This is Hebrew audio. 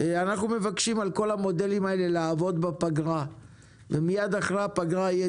אנחנו מבקשים לעבוד בפגרה על כל המודלים האלה ומיד אחרי הפגרה יהיה